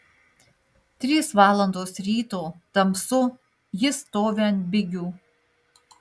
trys valandos ryto tamsu jis stovi ant bigių